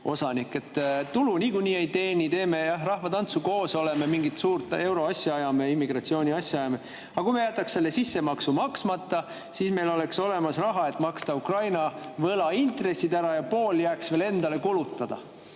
osanik? Tulu niikuinii ei teeni, teeme, jah, rahvatantsu, koos oleme, mingit suurt euroasja ajame, immigratsiooniasja ajame. Aga kui me jätaks selle sissemaksu maksmata, siis meil oleks olemas raha, et maksta Ukraina võlaintressid ära ja pool jääks veel endale kulutada.